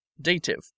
dative